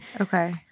okay